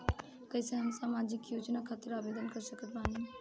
कैसे हम सामाजिक योजना खातिर आवेदन कर सकत बानी?